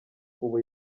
ubu